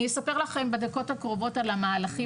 אני אספר לכם בדקות הקרובות על המהלכים